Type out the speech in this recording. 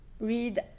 read